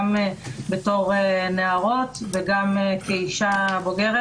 גם בתור נערות וגם כאישה בוגרת.